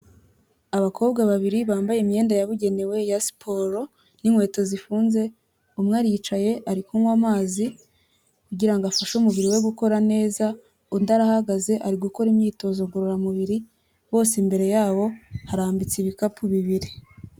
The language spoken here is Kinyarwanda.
Abakobwa babiri bambaye imyenda yabugenewe ya siporo n'inkweto zifunze, umwe aricaye ari kunywa amazi kugira ngo afashe umubiri we gukora neza, undi arahagaze ari gukora imyitozo ngororamubiri, bose imbere yabo harambitse ibikapu bibiri.